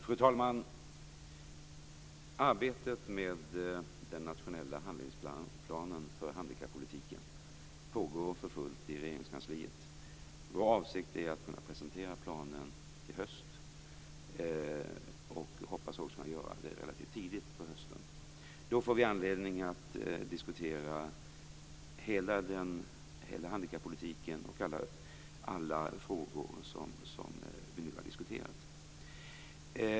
Fru talman! Arbetet med den nationella handlingsplanen för handikappolitiken pågår för fullt i Regeringskansliet. Vår avsikt är att kunna presentera planen i höst. Vi hoppas att vi skall kunna göra det ganska tidigt på hösten. Då får vi anledning att diskutera hela handikappolitiken och alla frågor som vi nu har diskuterat.